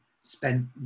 spent